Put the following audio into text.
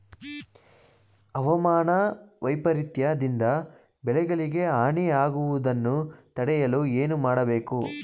ಹವಾಮಾನ ವೈಪರಿತ್ಯ ದಿಂದ ಬೆಳೆಗಳಿಗೆ ಹಾನಿ ಯಾಗುವುದನ್ನು ತಡೆಯಲು ಏನು ಮಾಡಬೇಕು?